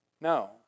No